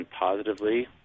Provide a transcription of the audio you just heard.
positively